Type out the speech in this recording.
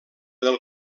del